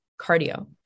cardio